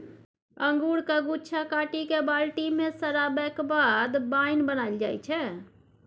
अंगुरक गुच्छा काटि कए बाल्टी मे सराबैक बाद बाइन बनाएल जाइ छै